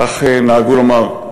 כך נהגו לומר,